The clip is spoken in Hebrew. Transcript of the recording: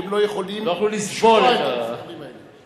כי הם לא יכולים לשמוע את הדברים האלה.